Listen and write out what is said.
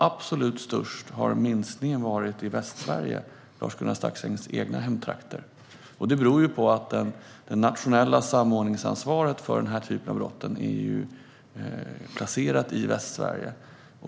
Minskningen har varit störst i Västsverige, Lars-Arne Staxängs egna hemtrakter. Det beror på att det nationella samordningsansvaret för denna typ av brott är placerat i Västsverige.